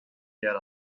yer